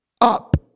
up